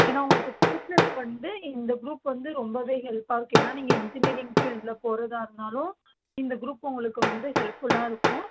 ஏன்னா உங்களுக்கு ப்யூச்சருக்கு வந்து இந்த குரூப் வந்து ரொம்பவே ஹெல்பாக இருக்கும் ஏன்னா நீங்கள் இன்ஜினியரிங் ஃபீல்ட்டில் போகிறதா இருந்தாலும் இந்த குரூப் உங்களுக்கு வந்து ஹெல்ஃபுல்லாக இருக்கும்